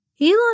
Elon